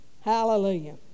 hallelujah